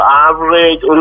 average